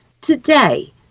today